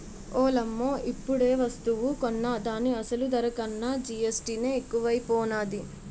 ఓలమ్మో ఇప్పుడేవస్తువు కొన్నా దాని అసలు ధర కన్నా జీఎస్టీ నే ఎక్కువైపోనాది